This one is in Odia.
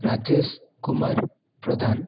ରାଜେଶ କୁମାର ପ୍ରଧାନ